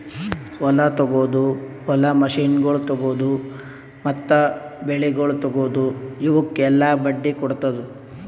ಹೊಲ ತೊಗೊದು, ಹೊಲದ ಮಷೀನಗೊಳ್ ತೊಗೊದು, ಮತ್ತ ಬೆಳಿಗೊಳ್ ತೊಗೊದು, ಇವುಕ್ ಎಲ್ಲಾ ಬಡ್ಡಿ ಕೊಡ್ತುದ್